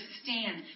stand